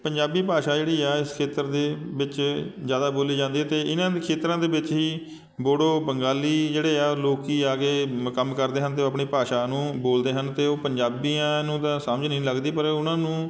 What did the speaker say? ਪੰਜਾਬੀ ਭਾਸ਼ਾ ਜਿਹੜੀ ਆ ਇਸ ਖੇਤਰ ਦੇ ਵਿੱਚ ਜ਼ਿਆਦਾ ਬੋਲੀ ਜਾਂਦੀ ਆ ਅਤੇ ਇਹਨਾਂ ਖੇਤਰਾਂ ਦੇ ਵਿੱਚ ਹੀ ਬੋਡੋ ਬੰਗਾਲੀ ਜਿਹੜੇ ਆ ਲੋਕ ਆ ਕੇ ਮ ਕੰਮ ਕਰਦੇ ਹਨ ਅਤੇ ਉਹ ਆਪਣੀ ਭਾਸ਼ਾ ਨੂੰ ਬੋਲਦੇ ਹਨ ਅਤੇ ਉਹ ਪੰਜਾਬੀਆਂ ਨੂੰ ਤਾਂ ਸਮਝ ਨਹੀਂ ਲੱਗਦੀ ਪਰ ਉਹਨਾਂ ਨੂੰ